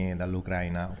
dall'Ucraina